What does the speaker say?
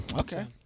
Okay